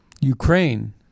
Ukraine